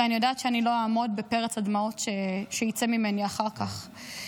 ואני יודעת שאני לא אעמוד בפרץ הדמעות שיצא ממני אחר כך.